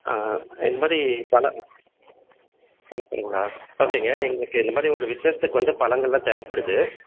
ஆ இந்தமாதிரி பழம் பழம் சொல்லுங்களா ஓகேங்க எங்களுக்கு இந்தமாதிரி ஒரு விசேஷத்துக்கு வந்து பழங்கள்ளா தேவைப்படுது